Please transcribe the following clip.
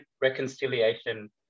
reconciliation